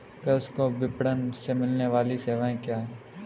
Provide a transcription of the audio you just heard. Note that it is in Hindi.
कृषि को विपणन से मिलने वाली सेवाएँ क्या क्या है